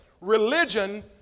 religion